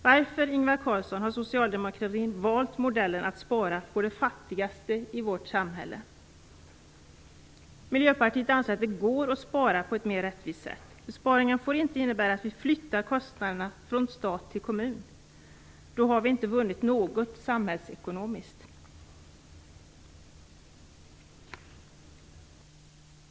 Varför, Ingvar Carlsson, har socialdemokratin valt modellen att spara på de fattigaste i vårt samhälle? Miljöpartiet anser att det går att spara på ett mer rättvist sätt. Besparingarna får inte innebära att vi flyttar kostnaderna från stat till kommun - då har vi inte vunnit något samhällsekonomiskt.